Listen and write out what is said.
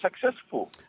successful